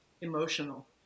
Emotional